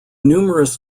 numerous